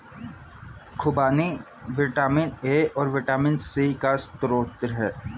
खूबानी vitamin A और vitamin C का स्रोत है